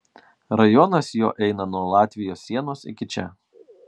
rajonas jo eina nuo latvijos sienos iki čia